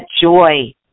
joy